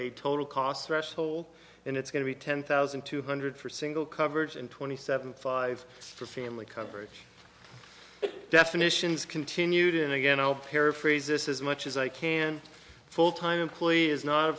a total cost threshold and it's going to be ten thousand two hundred for single coverage and twenty seven five for family coverage definitions continued in again i'll paraphrase this as much as i can full time employee is not a